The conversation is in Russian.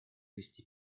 вести